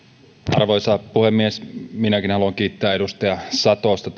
arvoisa puhemies minäkin haluan kiittää edustaja satosta